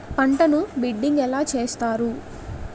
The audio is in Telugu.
పంటను బిడ్డింగ్ ఎలా చేస్తారు?